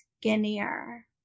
skinnier